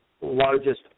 largest